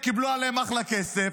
והם קיבלו עליהם אחלה כסף.